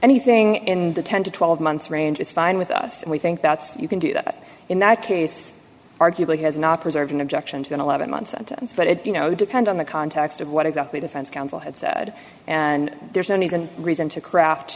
anything in the ten to twelve months range is fine with us and we think that's you can do that in that case arguably has not preserving objection to lot of month sentence but it you know depends on the context of what exactly defense counsel had said and there's any reason to craft